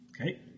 Okay